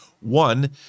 One